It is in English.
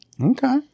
Okay